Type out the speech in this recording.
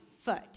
foot